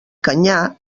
canyar